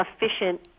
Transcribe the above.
efficient